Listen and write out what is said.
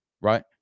right